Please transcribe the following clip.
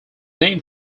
name